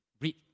read